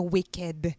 Wicked